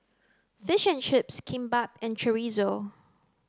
fish and chips Kimbap and Chorizo